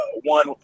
one